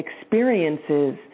experiences